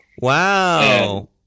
Wow